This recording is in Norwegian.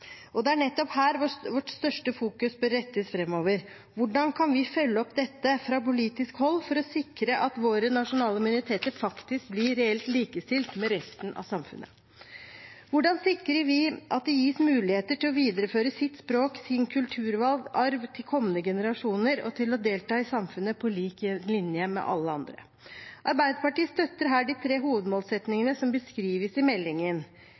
og det er nettopp her vårt største fokus bør være framover. Hvordan kan vi følge opp dette fra politisk hold for å sikre at våre nasjonale minoriteter faktisk blir reelt likestilt med resten av samfunnet? Hvordan sikrer vi at det gis muligheter til å videreføre sitt språk og sin kulturarv til kommende generasjoner, og til å delta i samfunnet på lik linje med alle andre? Arbeiderpartiet støtter her de tre hovedmålsettingene som beskrives i meldingen: